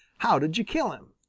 how did you kill him?